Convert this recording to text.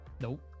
Nope